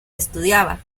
estudiaba